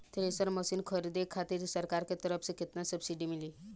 Thresher machine खरीदे खातिर सरकार के तरफ से केतना सब्सीडी मिली?